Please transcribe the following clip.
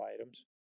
items